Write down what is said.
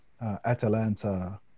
Atlanta